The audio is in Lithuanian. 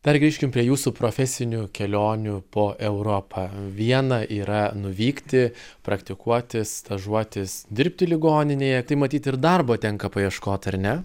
dar grįžkim prie jūsų profesinių kelionių po europą viena yra nuvykti praktikuotis stažuotis dirbti ligoninėje tai matyt ir darbo tenka paieškot ar ne